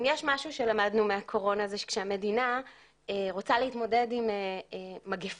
אם יש משהו שלמדנו מהקורונה זה כשהמדינה רוצה להתמודד עם מגיפה,